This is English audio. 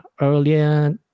Earlier